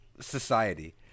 Society